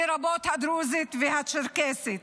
לרבות הדרוזית והצ'רקסית),